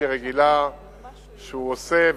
הבלתי-רגילה שהוא עושה,